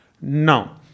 Now